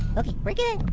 okay, we're good,